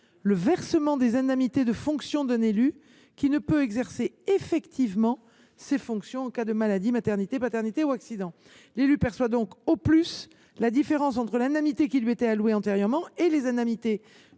le versement des indemnités de fonction d’un élu qui ne peut exercer effectivement ses fonctions en cas de maladie, maternité, paternité ou accident. L’élu perçoit donc au plus la différence entre l’indemnité qui lui était allouée antérieurement et les indemnités